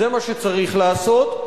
זה מה שצריך לעשות,